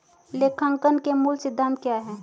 लेखांकन के मूल सिद्धांत क्या हैं?